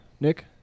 Nick